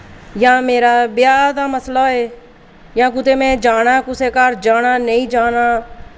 जां मेरा ब्याह् दा मसला होऐ जां कुतै में जाना कुसै घर जाना नेईं जाना